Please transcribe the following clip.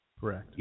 Correct